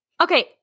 Okay